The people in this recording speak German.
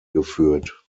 geführt